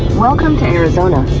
welcome to arizona.